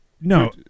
no